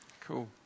Cool